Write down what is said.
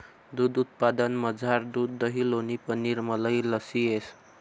दूध उत्पादनमझार दूध दही लोणी पनीर मलई लस्सी येस